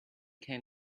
came